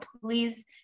please